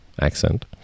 accent